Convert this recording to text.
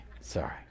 sorry